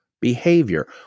behavior